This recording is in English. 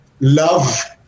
love